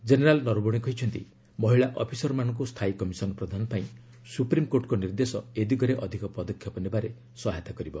general Naravane କହିଛନ୍ତି ମହିଳା ଅଫିସରମାନଙ୍କୁ ସ୍ଥାୟୀ କମିଶନ୍ ପ୍ରଦାନ ପାଇଁ ସୁପ୍ରିମ୍କୋର୍ଟଙ୍କ ନିର୍ଦ୍ଦେଶ ଏ ଦିଗରେ ଅଧିକ ପଦକ୍ଷେପ ନେବାରେ ସହାୟତା କରିବ